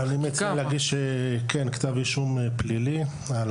אני מציע להגיש כתב אישום פלילי כנגד